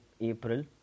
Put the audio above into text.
April